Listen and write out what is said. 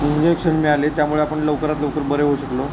injection मिळाले त्यामुळे आपण लवकरात लवकर बरे होऊ शकलो